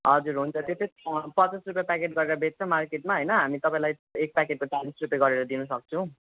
हजुर हुन्छ त्यो चाहिँ पचास रुपियाँ प्याकेट गरेर बेच्छ मार्केटमा होइन हामी तपाईँलाई एक प्याकेटको दाम चालिस रुपियाँ गरेर दिन सक्छौँ